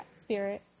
Spirit